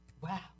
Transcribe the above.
Wow